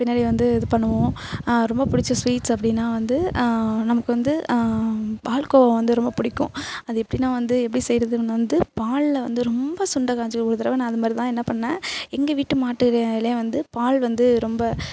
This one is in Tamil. பின்னாடி வந்து இது பண்ணுவோம் ரொம்ப பிடிச்ச ஸ்வீட்ஸ் அப்படினா வந்து நமக்கு வந்து பால்கோவா வந்து ரொம்ப பிடிக்கும் அது எப்படினா வந்த எப்படி செய்கிறதுன்னு வந்து பாலில் வந்து ரொம்ப சுண்டக்காஞ்சி ஒரு தடவை நான் அது மாதிரி தான் என்ன பண்ணேன் எங்கள் வீட்டு மாட்டுலே வந்து பால் வந்து ரொம்ப